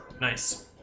Nice